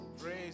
Praise